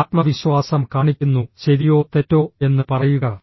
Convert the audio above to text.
ആത്മവിശ്വാസം കാണിക്കുന്നു ശരിയോ തെറ്റോ എന്ന് പറയുക